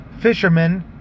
fishermen